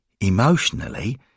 Emotionally